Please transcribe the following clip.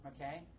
okay